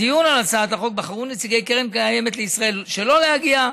בדיון על הצעת החוק בחרו נציגי קרן הקיימת לישראל שלא להגיע,